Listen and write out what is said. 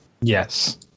yes